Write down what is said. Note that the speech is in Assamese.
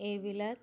এইবিলাক